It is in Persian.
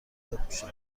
بپوشم